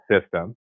system